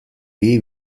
bihi